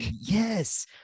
Yes